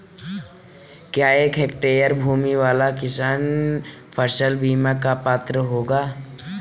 क्या एक हेक्टेयर भूमि वाला किसान फसल बीमा का पात्र होगा?